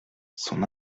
son